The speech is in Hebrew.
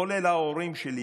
כולל ההורים שלי,